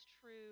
true